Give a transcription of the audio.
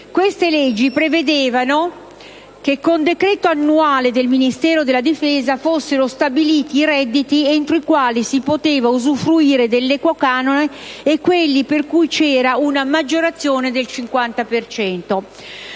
Queste leggi prevedevano che, con decreto annuale del Ministero della difesa, fossero stabiliti i redditi entro i quali si poteva usufruire dell'equo canone e quelli per cui c'era una maggiorazione del 50